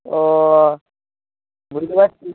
ও বুঝতে পারছি